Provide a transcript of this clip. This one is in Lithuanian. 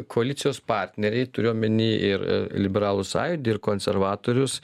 koalicijos partneriai turiu omeny ir liberalų sąjūdį ir konservatorius